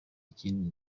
ikindi